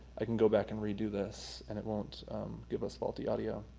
i can go back and redo this and it won't give us faulty audio.